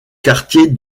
quartier